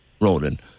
Roland